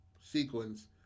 sequence